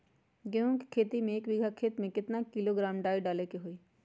गेहूं के खेती में एक बीघा खेत में केतना किलोग्राम डाई डाले के होई?